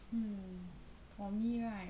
mmhmm for me right